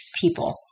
people